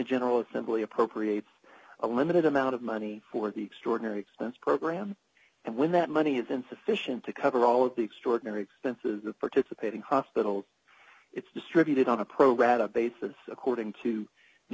general assembly appropriate a limited amount of money for the extraordinary expense program and when that money is insufficient to cover all of the extraordinary expenses of participating hospitals it's distributed on a program basis according to the